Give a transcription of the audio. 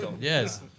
Yes